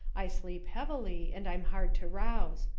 i sleep heavily and i'm hard to rouse.